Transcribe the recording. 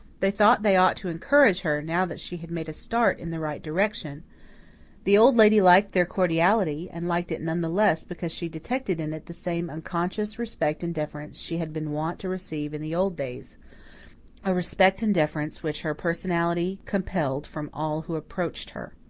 they thought they ought to encourage her, now that she had made a start in the right direction the old lady liked their cordiality, and liked it none the less because she detected in it the same unconscious respect and deference she had been wont to receive in the old days a respect and deference which her personality compelled from all who approached her.